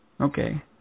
Okay